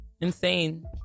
Insane